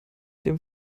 dem